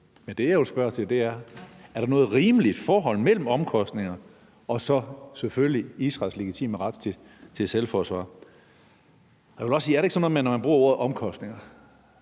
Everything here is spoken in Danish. Men det, jeg jo spørger til, er, om der er noget rimeligt forhold mellem omkostningerne og så selvfølgelig Israels legitime ret til selvforsvar. Jeg vil også sige, om ikke det er sådan noget med, at når man bruger ordet omkostninger,